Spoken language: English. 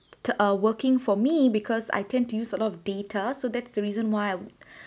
working for me because I tend to use a lot of data so that's the reason why I